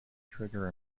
trigger